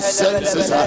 senses